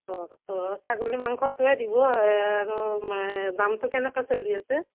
অ' অ' ছাগলী মাংসটোৱে দিব আৰু দামটো কেনকৈ চলি আছে